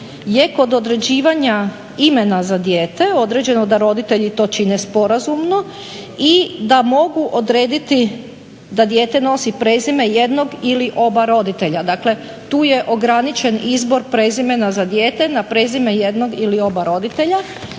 je kod određivanja imena za dijete određeno da roditelji to čine sporazumno i da mogu odrediti da dijete nosi prezime jednog ili oba roditelja. Dakle tu je ograničen izbor prezimena za dijete na prezime jednog ili oba roditelja.